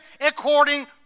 according